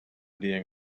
being